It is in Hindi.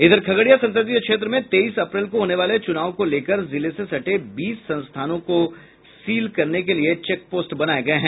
इधर खगड़िया संसदीय क्षेत्र में तेईस अप्रैल को होने वाले चुनाव को लेकर जिले से सटे बीस संस्थानों को सील करने के लिए चेक पोस्ट बनाये गये हैं